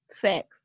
facts